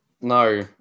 No